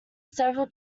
several